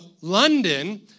London